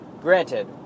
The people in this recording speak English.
Granted